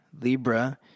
Libra